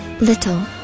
Little